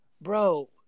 bro